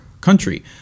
country